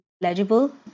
legible